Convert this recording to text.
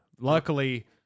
Luckily